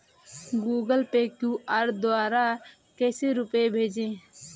Google Pay QR द्वारा कैसे रूपए भेजें?